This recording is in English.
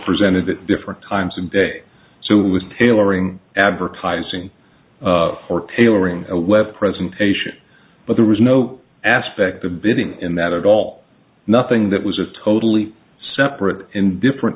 presented it different times of day so it was tailoring advertising for tailoring a web presentation but there was no aspect of bidding in that at all nothing that was just totally separate and different